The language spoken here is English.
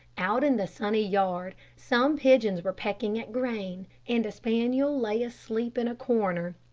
out in the sunny yard, some pigeons were pecking at grain, and a spaniel lay asleep in a corner.